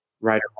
Right